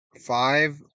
five